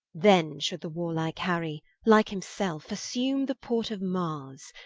then should the warlike harry, like himselfe, assume the port of mars,